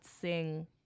sing